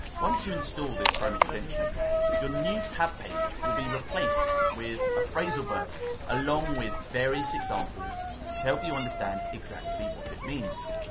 once you install this chrome extension your new tab page will be replaced with a phrasal verb along with various examples to help you understand exactly what it means.